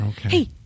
Hey